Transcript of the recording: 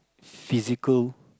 physically